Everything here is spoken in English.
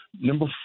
Number